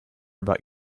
about